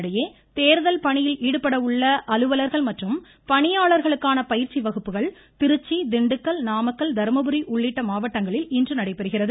இதனிடையே தேர்தல் பணியில் ஈடுபடவுள்ள அலுவலர்கள் பணியாளர்களுக்கான பயிற்சி வகுப்புகள் திருச்சி திண்டுக்கல் நாமக்கல் தருமபுரி உள்ளிட்ட மாவட்டங்களில் இன்று நடைபெறுகிறது